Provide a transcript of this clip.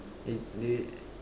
if they